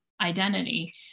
identity